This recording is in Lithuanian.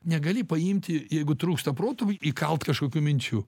negali paimti jeigu trūksta proto įkalt kažkokių minčių